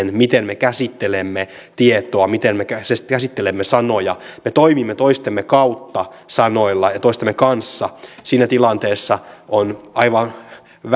siihen miten me käsittelemme tietoa miten käsittelemme sanoja me toimimme sanoilla toistemme kautta ja toistemme kanssa siinä tilanteessa on aivan